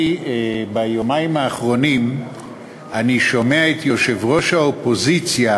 ביומיים האחרונים אני שומע את יו"ר האופוזיציה